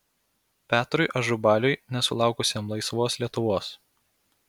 petrui ažubaliui nesulaukusiam laisvos lietuvos